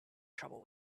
trouble